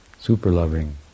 Super-loving